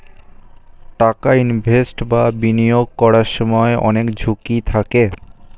টাকা ইনভেস্ট বা বিনিয়োগ করার সময় অনেক ঝুঁকি থাকে